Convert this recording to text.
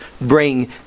bring